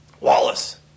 Wallace